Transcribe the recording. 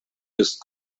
ist